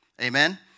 Amen